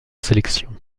sélection